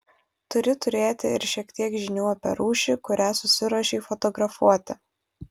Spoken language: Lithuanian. turi turėti ir šiek tiek žinių apie rūšį kurią susiruošei fotografuoti